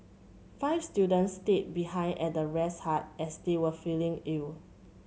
five students stayed behind at the rest hut as they were feeling ill